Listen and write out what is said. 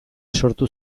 sortu